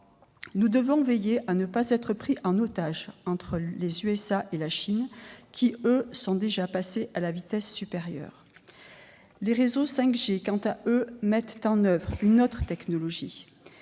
Nous devons veiller à ne pas être pris en otage par les États-Unis et la Chine, qui, eux, sont déjà passés à la vitesse supérieure. Les réseaux 5G mettent en oeuvre une autre technologie,